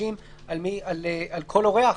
חדשים על כל אורח?